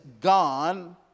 gone